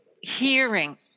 hearing